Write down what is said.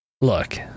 Look